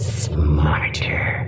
smarter